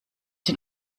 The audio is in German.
den